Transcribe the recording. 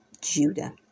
Judah